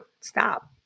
Stop